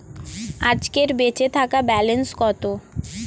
আজকের বেচে থাকা ব্যালেন্স কত?